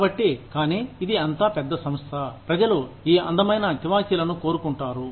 కాబట్టి కానీ ఇది అంతా పెద్ద సంస్థ ప్రజలు ఈ అందమైన తివాచీలను కోరుకుంటారు